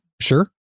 sure